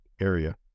area